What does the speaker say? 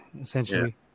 Essentially